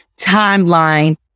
timeline